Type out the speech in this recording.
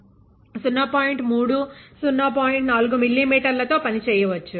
4 మిల్లీమీటర్ల తో పని చేయవచ్చు